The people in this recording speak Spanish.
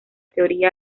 teoría